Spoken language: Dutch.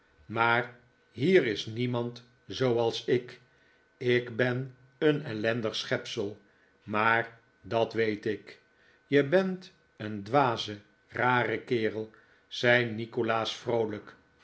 maar hier is niemand zooals ik ik ben een ellendig schepsel maar dat weet ik je bent een dwaze rare kerel zei nikolaas vroolijk